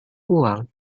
uang